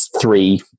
three